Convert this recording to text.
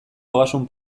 ogasun